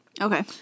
okay